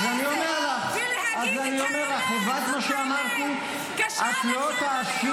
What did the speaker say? אז אני אומר לך -- להגיד את האמת, זאת האמת.